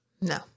No